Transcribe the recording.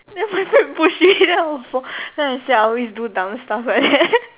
then my push me then I will fall then I'll say I always do dumb stuffs